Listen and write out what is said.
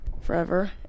forever